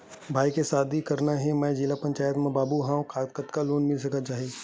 भाई के शादी करना हे मैं जिला पंचायत मा बाबू हाव कतका लोन मिल जाही?